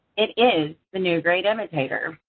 it is the new great imitator.